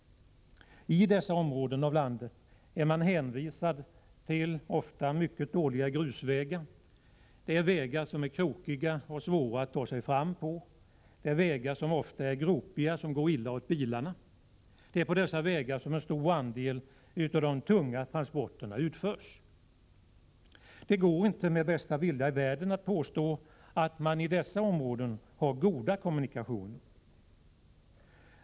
I dessa områden av landet är man hänvisad till ofta mycket dåliga grusvägar. Det är vägar som är krokiga och svåra att ta sig fram på. Dessa vägar är ofta gropiga och går illa åt bilarna. Det är på dessa vägar som en stor andel av de tunga transporterna utförs. Det går inte med bästa vilja i världen att påstå att man i dessa områden har goda kommunikationer.